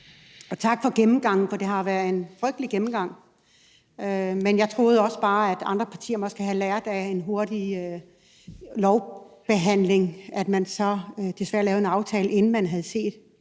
og tak for gennemgangen, for det har været en frygtelig gennemgang. Men jeg troede også bare, at andre partier måske havde lært noget af en hurtig lovbehandling, men man lavede så desværre en aftale, inden man havde set